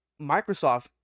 Microsoft